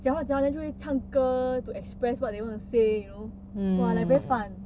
讲话讲话 then 就会唱歌 to express what they want to say you know wa like very fun